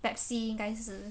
pepsi 应该是